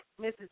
Mrs